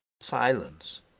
silence